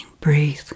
breathe